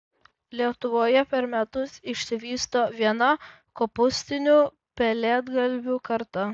lietuvoje per metus išsivysto viena kopūstinių pelėdgalvių karta